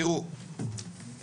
תראו,